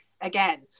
again